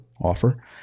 offer